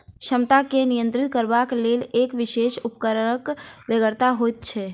क्षमता के नियंत्रित करबाक लेल एक विशेष उपकरणक बेगरता होइत छै